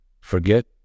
forget